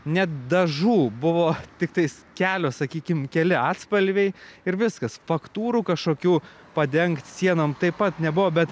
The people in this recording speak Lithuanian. net dažų buvo tiktais kelios sakykim keli atspalviai ir viskas faktūrų kažkokių padengt sienom taip pat nebuvo bet